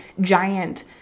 giant